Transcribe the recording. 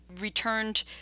returned